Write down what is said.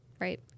Right